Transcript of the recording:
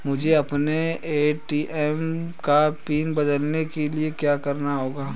मुझे अपने ए.टी.एम का पिन बदलने के लिए क्या करना होगा?